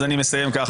אז אני מסיים ככה.